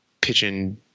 pitching